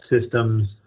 systems